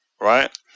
right